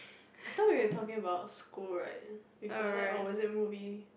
I thought we were talking about school right before that or was it movie